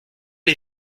les